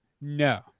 No